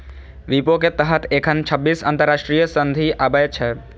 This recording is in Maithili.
विपो के तहत एखन छब्बीस अंतरराष्ट्रीय संधि आबै छै